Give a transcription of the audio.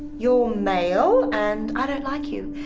you're male and i don't like you,